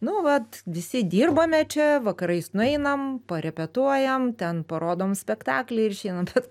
nu vat visi dirbame čia vakarais nueinam parepetuojam ten parodom spektaklį ir išeinam bet